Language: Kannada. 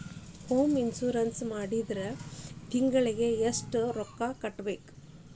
ಹೊಮ್ ಇನ್ಸುರೆನ್ಸ್ ನ ಮಾಡ್ಸಿದ್ರ ತಿಂಗ್ಳಿಗೆ ಎಷ್ಟ್ ರೊಕ್ಕಾ ಕಟ್ಬೇಕ್?